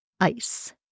Ice